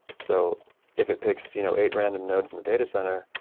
so if it picks you know eight random nodes in the data center,